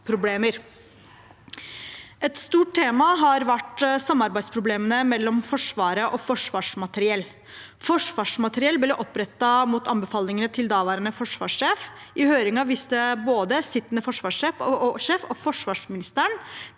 Et stort tema har vært samarbeidsproblemene mellom Forsvaret og Forsvarsmateriell. Forsvarsmateriell ble opprettet etter anbefalingen til daværende forsvarssjef. I høringen viste både sittende forsvarssjef og forsvarsministeren